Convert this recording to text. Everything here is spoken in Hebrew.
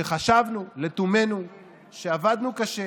שחשבנו לתומנו שעבדנו קשה